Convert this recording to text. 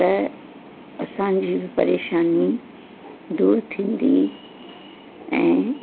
त असांजी बि परेशानी दूर थींदी ऐं